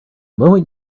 moment